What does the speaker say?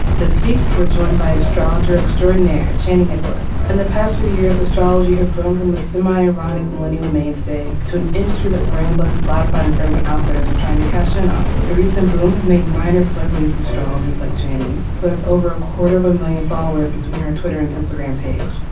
this week we're joined by astrologer extraordinaire charney nicholas in and the past two years astrology has grown from the same ironic millennial mainstay to an industry that brands like spotify and urban outfitters are trying to cash in on the recent boom has made minor celebrity to astrologers like cheney who has over a quarter of a million followers between our twitter and instagram page.